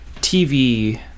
TV